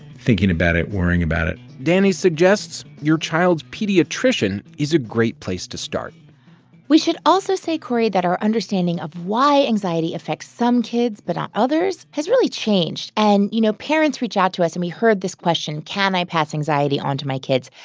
thinking about it, worrying about it danny suggests your child's pediatrician is a great place to start we should also say, cory, that our understanding of why anxiety affects some kids but not others has really changed. and, you know parents, reach out to us and we heard this question can i pass anxiety onto my kids?